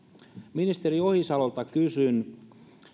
ministeri ohisalolta kysyn